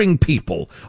people